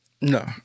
no